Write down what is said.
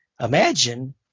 imagine